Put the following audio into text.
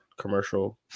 commercial